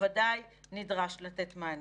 ובוודאי נדרש לתת מענה.